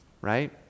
right